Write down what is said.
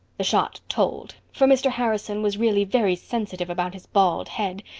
the shot told, for mr. harrison was really very sensitive about his bald head.